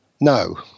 no